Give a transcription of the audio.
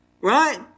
Right